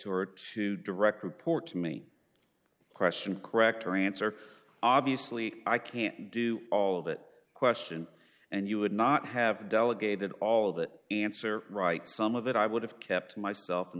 or to direct report to me question correct orients or obviously i can't do all of that question and you would not have delegated all of that answer right some of it i would have kept myself and